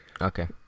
okay